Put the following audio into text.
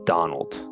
Donald